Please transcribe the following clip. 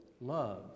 love